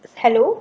hello